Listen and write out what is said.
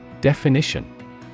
Definition